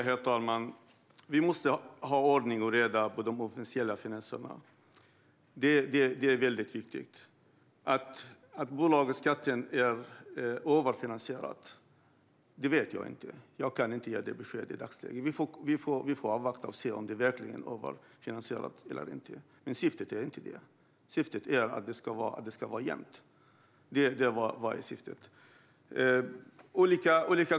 Herr talman! Vi måste ha ordning och reda i de offentliga finanserna. Det är mycket viktigt. Jag vet inte om bolagsskatten är överfinansierad. Jag kan i dagsläget inte ge dig besked, Jörgen Warborn. Vi får avvakta och se om den verkligen är överfinansierad eller inte. Men det är inte syftet. Syftet är att det ska gå jämnt upp.